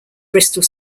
bristol